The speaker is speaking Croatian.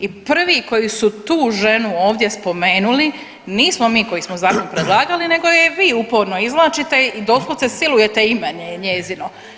I prvi koji su tu ženu ovdje spomenuli, nismo mi koji smo zakon predlagali nego je vi uporno izvlačite i doslovce silujete ime njezino.